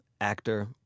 actor